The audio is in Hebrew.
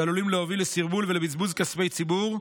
שעלולים להוביל לסרבול ולבזבוז כספי ציבור,